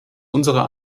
unserer